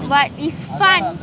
but it's fun